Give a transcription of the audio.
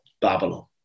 Babylon